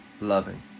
loving